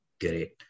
Great